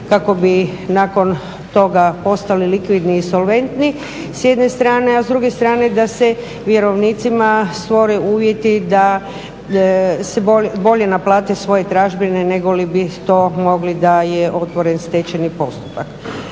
kako bi nakon toga postali likvidni i solventni s jedne strane. A s druge strane da se vjerovnicima stvore uvjeti da se bolje naplate svoje tražbine nego li bi to mogli da je otvoren stečajni postupak.